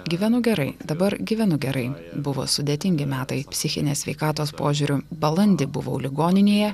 gyvenu gerai dabar gyvenu gerai buvo sudėtingi metai psichinės sveikatos požiūriu balandį buvau ligoninėje